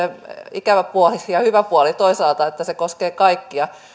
ikävä ja toisaalta hyvä puoli että se koskee kaikkia